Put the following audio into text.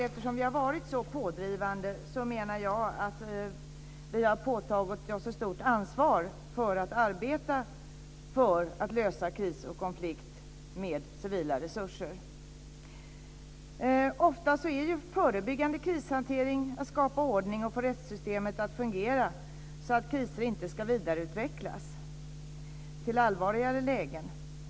Eftersom vi har varit så pådrivande menar jag att vi har påtagit oss ett stort ansvar för att arbeta för att lösa kriser och konflikter med civila resurser. Ofta innebär förebyggande krishantering att skapa ordning och att få rättssystemet att fungera så att kriser inte ska vidareutvecklas till allvarligare lägen.